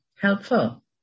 helpful